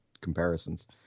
comparisons